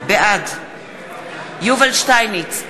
בעד יובל שטייניץ,